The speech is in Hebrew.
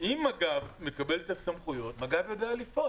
אם מג"ב מקבל את הסמכויות, מג"ב יודע לפעול.